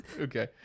Okay